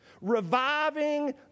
reviving